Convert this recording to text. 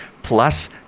plus